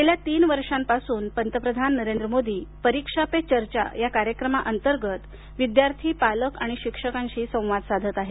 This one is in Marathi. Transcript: गेल्या तीन वर्षांपासून पंतप्रधान नरेंद्र मोदी परीक्षा पे चर्चा या कार्यक्रमाअंतर्गत विद्यार्थी पालक आणि शिक्षकांशी संवाद साधत आहेत